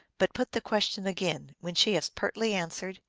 but put the question again when she as pertly answered,